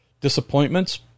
disappointments